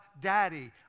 Daddy